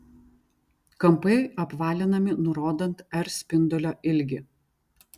kampai apvalinami nurodant r spindulio ilgį